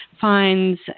fines